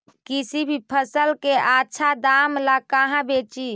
किसी भी फसल के आछा दाम ला कहा बेची?